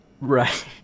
Right